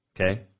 Okay